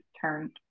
turn